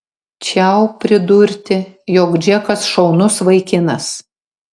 čiau pridurti jog džekas šaunus vaikinas